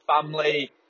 family